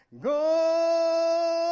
Go